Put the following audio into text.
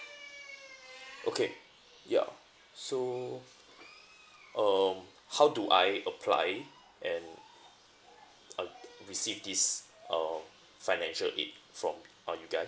okay yeah so um how do I apply and um receive this uh financial aid from uh you guys